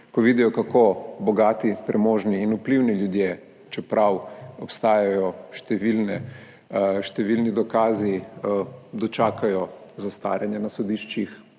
ko vidijo, kako bogati, premožni in vplivni ljudje, čeprav obstajajo številni dokazi, dočakajo zastaranje na sodiščih,